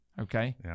okay